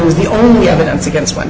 it was the only evidence against